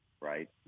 right